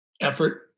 effort